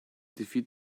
defeat